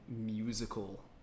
musical